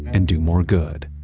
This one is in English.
and do more good.